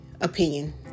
opinion